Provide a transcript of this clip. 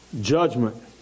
judgment